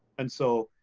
and so,